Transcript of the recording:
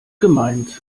gemeint